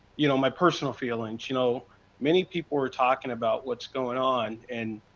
you know my personal feelings. you know many people were talking about what is going on, and,